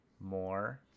more